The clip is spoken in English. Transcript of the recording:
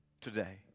today